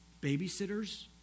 babysitters